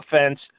offense